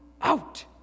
out